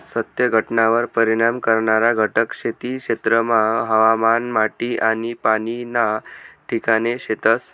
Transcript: सत्य घटनावर परिणाम करणारा घटक खेती क्षेत्रमा हवामान, माटी आनी पाणी ना ठिकाणे शेतस